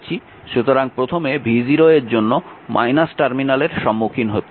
সুতরাং প্রথমে v0 এর জন্য টার্মিনালের সম্মুখীন হচ্ছে